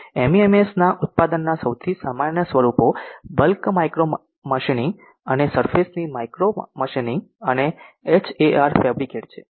એમઈએમએસના ઉત્પાદનના સૌથી સામાન્ય સ્વરૂપો બલ્ક માઇક્રો માચેનિંગ અને સરફેસ ની માઇક્રો માચેનિંગ અને એચએઆર ફેબ્રિકેટ છે